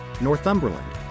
Northumberland